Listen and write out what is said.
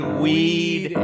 WEED